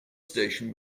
station